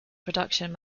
production